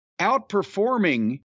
outperforming